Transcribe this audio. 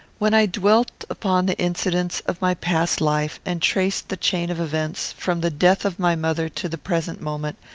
when i dwelt upon the incidents of my past life, and traced the chain of events, from the death of my mother to the present moment,